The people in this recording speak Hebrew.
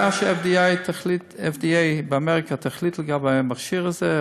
מה שה-FDA באמריקה תחליט לגבי המכשיר הזה,